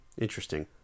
Interesting